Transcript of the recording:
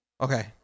Okay